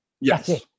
Yes